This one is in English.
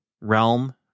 realm